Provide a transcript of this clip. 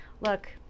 look